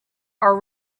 are